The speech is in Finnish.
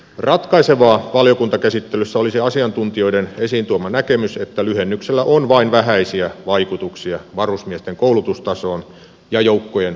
ratkaisevaa valiokuntakäsittelyssä oli se asiantuntijoiden esiin tuoma näkemys että lyhennyksellä on vain vähäisiä vaikutuksia varusmiesten koulutustasoon ja joukkojen suorituskykyyn